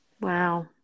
wow